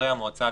חברי המועצה,